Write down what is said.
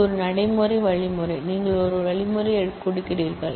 இது ஒரு நடைமுறை வழிமுறை நீங்கள் ஒரு வழிமுறையை கொடுக்கிறீர்கள்